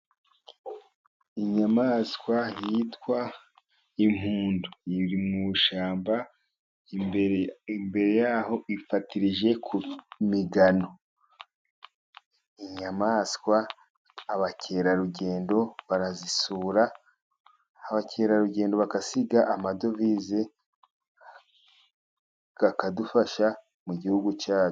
Inyamaswa yitwa impundu iri mu ishyamba imbere yaho ifatirije ku migano; inyamaswa abakerarugendo barazisura, abakerarugendo bagasiga amadovize kakadufau gihugu cyacu.